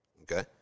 Okay